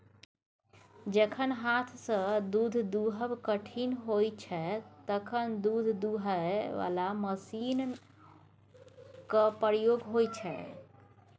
जखन हाथसँ दुध दुहब कठिन होइ छै तखन दुध दुहय बला मशीनक प्रयोग होइ छै